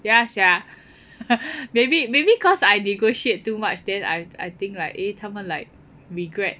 ya sia maybe maybe cause I negotiate too much then I I think like eh 他们 like regret